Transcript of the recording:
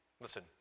Listen